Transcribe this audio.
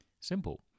Simple